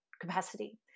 capacity